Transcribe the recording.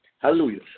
Hallelujah